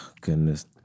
goodness